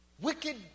wicked